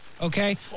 Okay